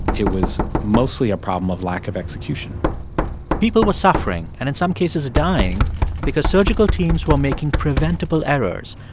it was mostly a problem of lack of execution people were suffering and in some cases dying because surgical teams were making preventable errors,